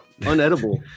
unedible